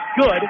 good